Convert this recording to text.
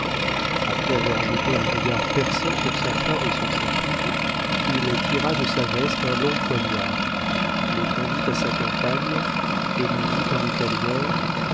après avoir jeté un regard perçant sur sa femme et sur sa fille il tira de sa veste un long poignard le tendit à sa compagne et lui dit en italien